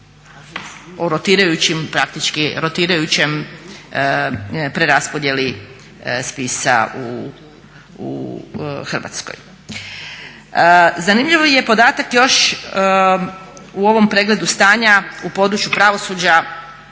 o rotirajućim, praktički rotirajućem preraspodjeli spisa u Hrvatskoj. Zanimljiv je podatak još u ovom pregledu stanja, u području pravosuđa